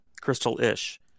Crystal-ish